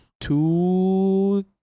two